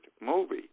movie